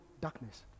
Darkness